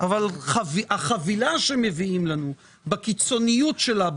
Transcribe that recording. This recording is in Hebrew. אבל החבילה שמביאים לנו בקיצוניות שלה,